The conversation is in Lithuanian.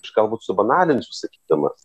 aš galbūt subanalinsiu sakydamas